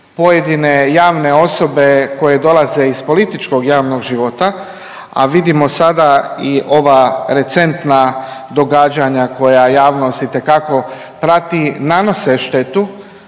pojedine javne osobe koje dolaze iz političkog javnog života, a vidimo sada i ova recentna događanja koja javnost itekako prati nanose štetu